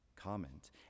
comment